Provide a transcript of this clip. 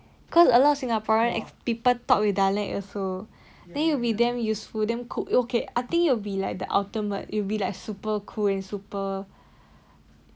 cause a lot of singaporean if people talk with dialect also then it will be damn useful damn cool okay I think it'll be like the ultimate it'll be like super cool and super